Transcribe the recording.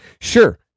Sure